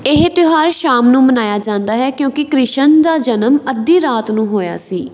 ਇਹ ਤਿਉਹਾਰ ਸ਼ਾਮ ਨੂੰ ਮਨਾਇਆ ਜਾਂਦਾ ਹੈ ਕਿਉਂਕਿ ਕ੍ਰਿਸ਼ਨ ਦਾ ਜਨਮ ਅੱਧੀ ਰਾਤ ਨੂੰ ਹੋਇਆ ਸੀ